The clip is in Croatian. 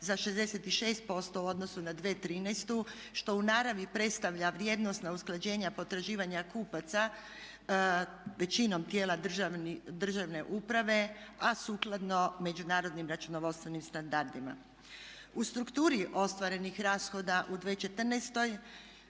za 66% u odnosu na 2013. što u naravi predstavlja vrijednosna usklađenja potraživanja kupaca većinom tijela državne uprave, a sukladno međunarodnim računovodstvenim standardima. U strukturi ostvarenih rashoda u 2014.